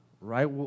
Right